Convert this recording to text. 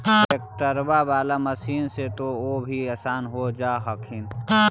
ट्रैक्टरबा बाला मसिन्मा से तो औ भी आसन हो जा हखिन?